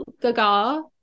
Gaga